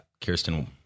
Kirsten